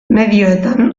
medioetan